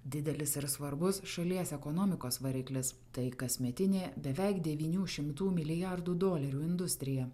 didelis ir svarbus šalies ekonomikos variklis tai kasmetinė beveik devynių šimtų milijardų dolerių industrija